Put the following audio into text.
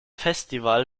festival